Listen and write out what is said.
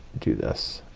do this,